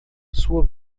sua